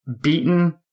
beaten